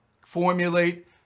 formulate